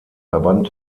verband